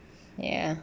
ya